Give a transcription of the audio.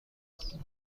است